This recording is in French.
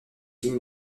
ligne